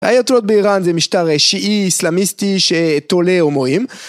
האייתולות באיראן זה משטר שיעי איסלאמיסטי שתולה הומואים